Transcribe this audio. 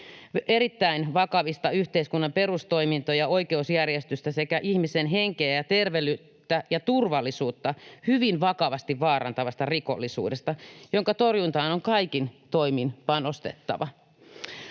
erittäin vakavista yhteiskunnan perustoimintoja ja oikeusjärjestystä sekä ihmisten henkeä ja terveyttä ja turvallisuutta hyvin vakavasti vaarantavasta rikollisuudesta, jonka torjuntaan on kaikin toimin panostettava.